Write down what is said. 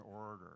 order